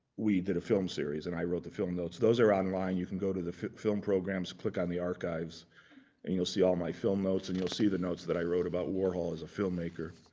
we did a film series, and i wrote the film notes. those are online and you can go to the film programs, click on the archives and you'll see all my film notes, and you'll see the notes that i wrote about warhol as a filmmaker.